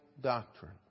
doctrine